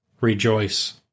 rejoice